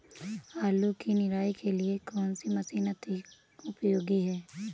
आलू की निराई के लिए कौन सी मशीन अधिक उपयोगी है?